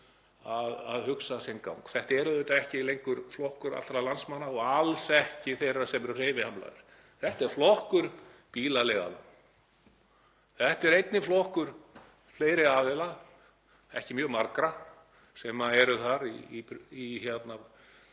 og hugsa sinn gang. Þetta er auðvitað ekki lengur flokkur allra landsmanna og alls ekki þeirra sem eru hreyfihamlaðir. Þetta er flokkur bílaleiganna. Þetta er einnig flokkur fleiri aðila, ekki mjög margra, sem eru þar í